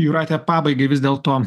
jūrate pabaigai vis dėl to